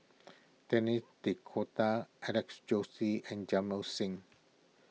Denis D'Cotta Alex Josey and Jamit Singh